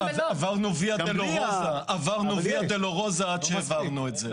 עברנו ויה דולורוזה עד שהעברנו את זה.